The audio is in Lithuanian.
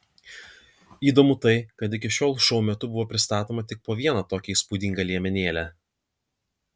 įdomu tai kad iki šiol šou metu buvo pristatoma tik po vieną tokią įspūdingą liemenėlę